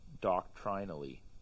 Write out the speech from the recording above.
doctrinally